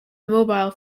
mobile